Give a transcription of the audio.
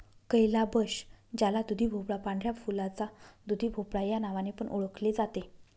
calabash ज्याला दुधीभोपळा, पांढऱ्या फुलाचा दुधीभोपळा या नावाने पण ओळखले जाते